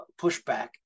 pushback